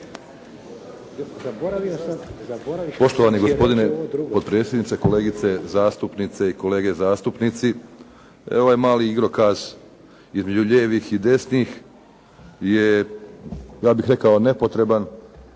Poštovani gospodine potpredsjedniče, kolegice zastupnice i kolege zastupnici. Evo ovaj mali igrokaz između lijevih i desnih je ja bih rekao nepotreban,